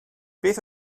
beth